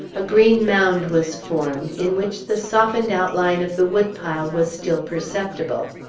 a green mound was formed, in which the softened outline of the woodpile was still perceptible.